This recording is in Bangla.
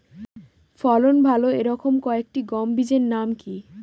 ফলন ভালো এই রকম কয়েকটি গম বীজের নাম কি?